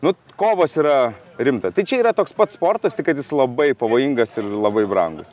nu kovos yra rimta tai čia yra toks pat sportas tik kad jis labai pavojingas ir labai brangus